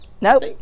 Nope